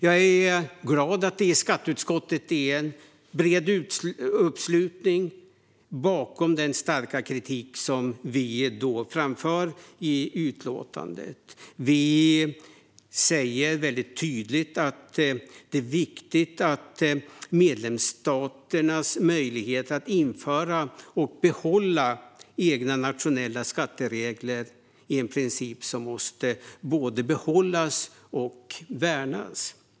Jag är glad att det i skatteutskottet finns en bred uppslutning bakom den starka kritik som vi framför i utlåtandet. Vi säger tydligt att det är viktigt att medlemsstaternas möjlighet att införa och behålla egna nationella skatteregler är en princip som måste både behållas och värnas.